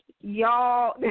y'all